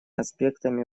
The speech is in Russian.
аспектами